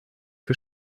für